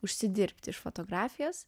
užsidirbti iš fotografijos